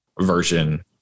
version